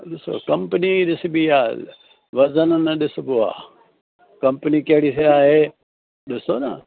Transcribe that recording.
ॾिसो कंपनी ॾिसिबी आहे वज़न न ॾिसिबो आहे कंपनी कहिड़ी से आहे ॾिसो न